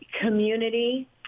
community